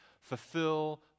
fulfill